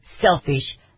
selfish